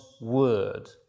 word